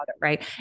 Right